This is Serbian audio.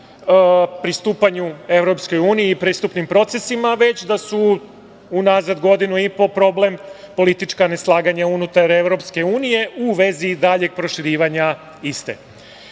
pristupanju EU i pristupnim procesima, već da su unazad godinu i po problem politička neslaganja unutar EU u vezi daljeg proširivanja iste. Što